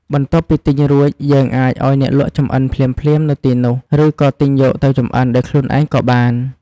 បន្ទាប់ពីទិញរួច យើងអាចឱ្យអ្នកលក់ចម្អិនភ្លាមៗនៅទីនោះ ឬក៏ទិញយកទៅចម្អិនដោយខ្លួនឯងក៏បាន។